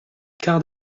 quarts